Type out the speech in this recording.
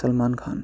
Salman Khan